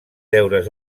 deures